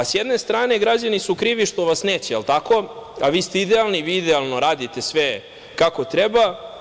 S jedne strane, građani su krivi što vas neće, je li tako, a vi ste idealni, vi idealno radite sve kako treba.